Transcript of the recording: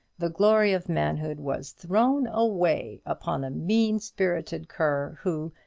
the glory of manhood was thrown away upon a mean-spirited cur, who,